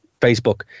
Facebook